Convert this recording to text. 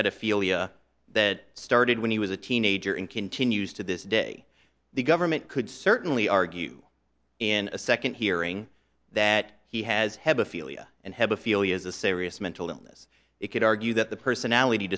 pedophilia that started when he was a teenager and continues to this day the government could certainly argue in a second hearing that he has have ophelia and have ophelia's a serious mental illness it could argue that the personality